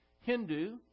Hindu